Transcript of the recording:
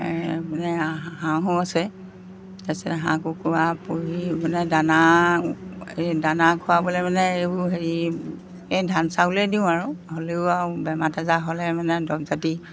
মানে হাঁহো আছে তাৰপিছত হাঁহ কুকুৰা পুহি মানে দানা এই দানা খুৱাবলৈ মানে এইবোৰ হেৰি এই ধান চাউলে দিওঁ আৰু হ'লেও আৰু বেমাৰ আজাৰ হ'লে মানে দৰৱ জাতি